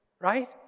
Right